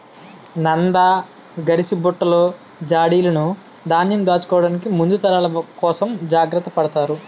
నంద, గరిసబుట్టలు, జాడీలును ధాన్యంను దాచుకోవడానికి ముందు తరాల కోసం జాగ్రత్త పడతారు